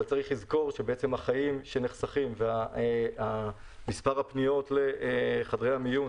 אבל צריך לזכור שהחיים שנחסכים ומספר הפניות לחדרי המיון